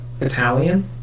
Italian